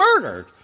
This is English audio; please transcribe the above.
murdered